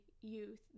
youth